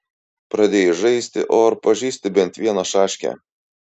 pradėjai žaisti o ar pažįsti bent vieną šaškę